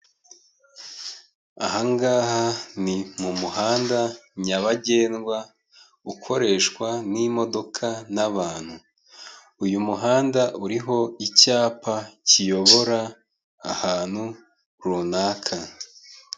Aha ngaha ni mu muhanda nyabagendwa, ukoreshwa n'imodoka n'abantu. Uyu muhanda uriho icyapa kiyobora ahantu runaka.